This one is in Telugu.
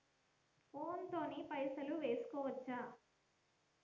ఫోన్ తోని పైసలు వేసుకోవచ్చా?